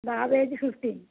బాబ age fifteen